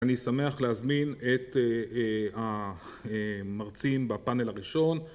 אני שמח להזמין את המרצים בפאנל הראשון